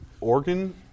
organ